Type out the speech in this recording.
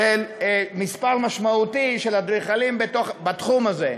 מספר משמעותי של אדריכלים בתחום הזה.